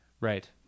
right